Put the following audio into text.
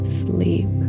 sleep